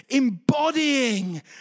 embodying